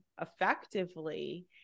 effectively